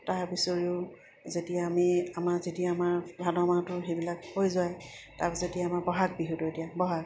তাৰপিছৰেও যেতিয়া আমি আমাৰ যেতিয়া আমাৰ ভাদ মাহটো সেইবিলাক হৈ যায় তাৰপিছত এতিয়া আমাৰ বহাগ বিহুটো এতিয়া বহাগ